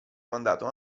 mandato